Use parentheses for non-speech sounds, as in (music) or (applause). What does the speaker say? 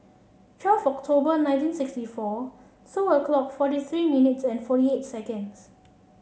twelve October nineteen sixty four (unintelligible) clock forty three minutes and forty eight seconds